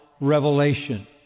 revelation